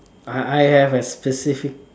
I I have a specific